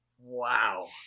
Wow